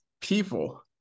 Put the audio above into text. people